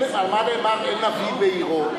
על מה נאמר "אין נביא בעירו"?